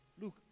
Look